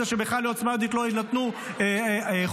שבכלל לעוצמה יהודית לא יינתנו חוקים,